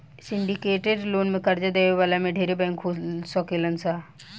syndicated loan में कर्जा देवे वाला में ढेरे बैंक हो सकेलन सा